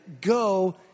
go